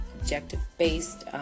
objective-based